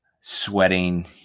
sweating